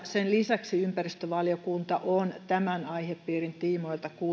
sen lisäksi ympäristövaliokunta on tämän aihepiirin tiimoilta